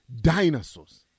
dinosaurs